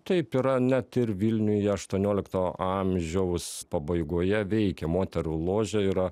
taip yra net ir vilniuj aštuoniolikto amžiaus pabaigoje veikė moterų ložė yra